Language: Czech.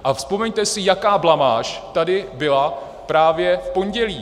A vzpomeňte si, jaká blamáž tady byla právě v pondělí.